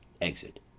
Exit